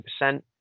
100%